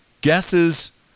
guesses